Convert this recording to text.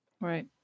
Right